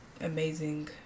amazing